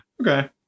okay